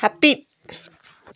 ᱦᱟᱹᱯᱤᱫ